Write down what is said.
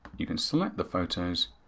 you can select the photos,